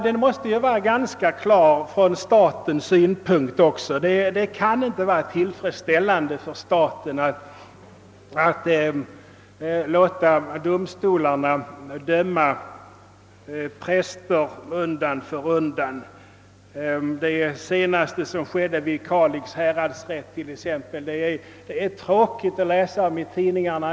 Den måste också från statens synpunkt vara ganska klar, ty det kan inte vara tillfredsställande för staten att låta domstolarna undan för undan döma präster för vigselvägran. Det är tråkigt att i tidningarna läsa om sådant som nu senast inträffade i Kalix häradsrätt.